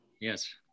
Yes